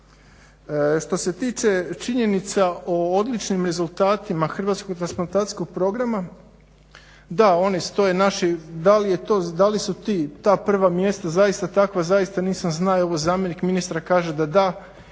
Što se tiče činjenica o odličnim rezultatima Hrvatskog transplantacijskog programa. Da oni stoje, naši da li su ti, ta prva mjesta zaista takva, zaista nisam znao, evo zamjenik ministra kaže da da.